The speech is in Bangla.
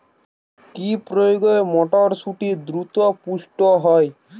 কি প্রয়োগে মটরসুটি দ্রুত পুষ্ট হবে?